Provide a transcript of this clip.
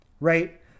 right